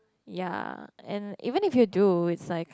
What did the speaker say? ya and even if you do it's like